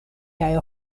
kaj